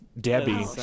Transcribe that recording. Debbie